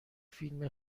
فیلم